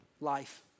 life